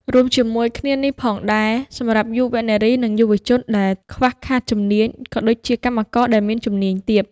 រួមជាមួយគ្នានេះផងដែរ សម្រាប់យុវនារី និងយុវជនដែលខ្វះខាតជំនាញ ក៏ដូចជាកម្មករដែលមានជំនាញទាប។